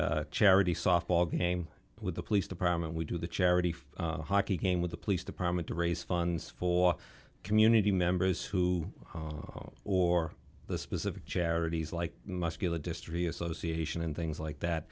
the charity softball game with the police department we do the charity hockey game with the police department to raise funds for community members who or the specific charities like muscular dystrophy association and things like that